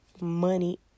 money